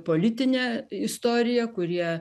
politinę istoriją kurie